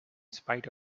spite